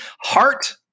heart